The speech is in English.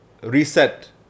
reset